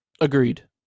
Agreed